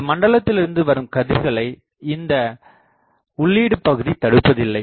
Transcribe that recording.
இந்த மண்டலத்திலிருந்து வரும் கதிர்களை இந்த உள்ளீட்டுப் பகுதி தடுப்பதில்லை